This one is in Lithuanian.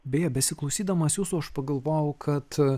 beje besiklausydamas jūsų aš pagalvojau kad